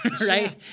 right